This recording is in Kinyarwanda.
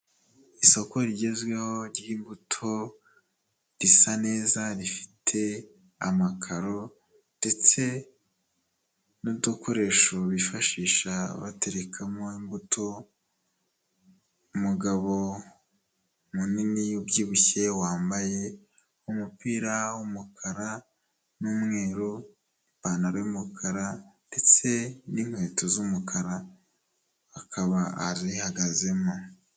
Isoko rigezweho ry'imbuto risa neza rifite amakaro ndetse n'udukoresho bifashisha baterekamo imbuto, umugabo munini ubyibushye wambaye umupira w'umukara n'umweru, ipantaro y'umukara ndetse n'inkweto z'umukara akaba arihagazemo.